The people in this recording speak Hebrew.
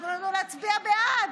תנו לנו להצביע בעד.